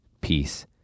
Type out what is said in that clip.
peace